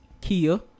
Kia